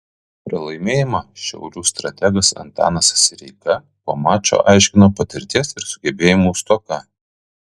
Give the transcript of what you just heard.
pralaimėjimą šiaulių strategas antanas sireika po mačo aiškino patirties ir sugebėjimų stoka